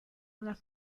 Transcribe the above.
una